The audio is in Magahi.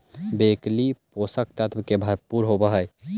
ब्रोकली पोषक तत्व से भरपूर होवऽ हइ